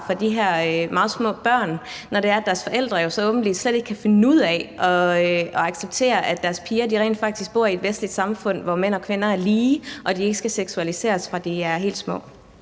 for de her meget små børn, når deres forældre helt åbenlyst ikke kan finde ud af at acceptere, at deres piger rent faktisk bor i et vestligt samfund, hvor mænd og kvinder er lige, og at de ikke skal seksualiseres, fra de er helt små.